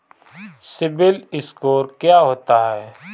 CIBIL score क्या होता है?